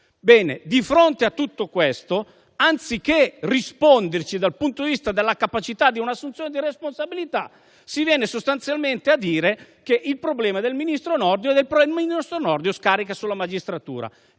Di fronte a tutto questo, anziché risponderci dal punto di vista della capacità di un'assunzione di responsabilità, si viene sostanzialmente a dire che il problema è del ministro Nordio, che lo scarica sulla magistratura.